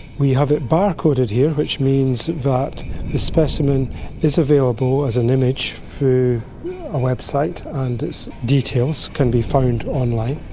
we have it bar coded here which means that the specimen is available as an image through a website and its details can be found online.